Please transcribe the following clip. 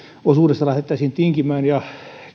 osuudesta lähdettäisiin tinkimään ja